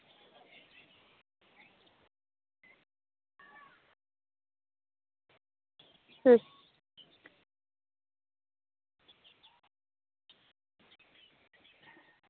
ᱦᱩᱸ